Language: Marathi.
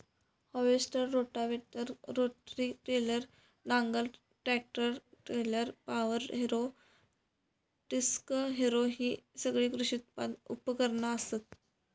हार्वेस्टर, रोटावेटर, रोटरी टिलर, नांगर, tractor trailer, power harrow, disc harrow हि सगळी कृषी उपकरणा असत